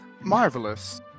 Marvelous